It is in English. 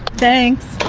thanks.